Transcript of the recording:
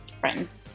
friends